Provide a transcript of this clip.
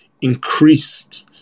increased